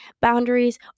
boundaries